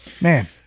Man